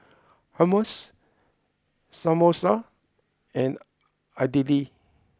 Hummus Samosa and Idili